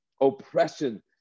oppression